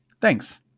Thanks